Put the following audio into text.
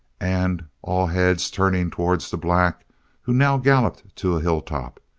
and all heads turning towards the black who now galloped to a hilltop,